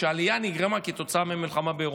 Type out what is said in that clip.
עלייה שנגרמה כתוצאה מהמלחמה באירופה.